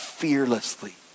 Fearlessly